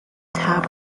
tap